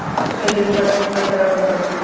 Credit card कितना तरह के होला?